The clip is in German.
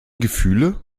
gefühle